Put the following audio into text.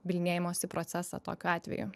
bylinėjimosi procesą tokiu atveju